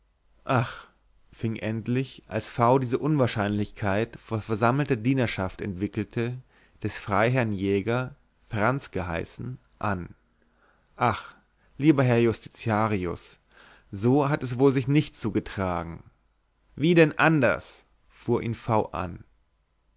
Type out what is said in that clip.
ach fing endlich als v diese unwahrscheinlichkeit vor versammelter dienerschaft entwickelte des freiherrn jäger franz geheißen an ach lieber herr justitiarius so hat es wohl sich nicht zugetragen wie denn anders fuhr ihn v an